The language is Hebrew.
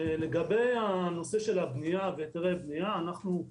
לגבי הנושא של הבנייה והיתרי בנייה, אנחנו,